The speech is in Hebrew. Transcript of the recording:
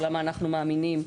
או למה אנחנו מאמינים,